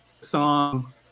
song